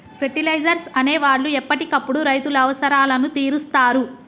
fertilisers అనే వాళ్ళు ఎప్పటికప్పుడు రైతుల అవసరాలను తీరుస్తారు